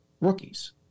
rookies